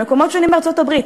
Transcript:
במקומות שונים בארצות-הברית.